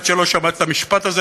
עד שלא שמעתי את המשפט הזה,